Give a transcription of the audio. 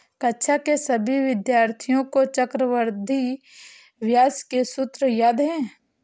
कक्षा के सभी विद्यार्थियों को चक्रवृद्धि ब्याज के सूत्र याद हैं